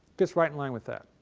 fits right in line with that.